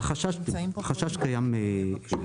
החשש קיים תמיד.